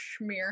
schmear